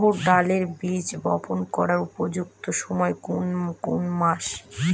অড়হড় ডালের বীজ বপন করার উপযুক্ত সময় কোন কোন মাস?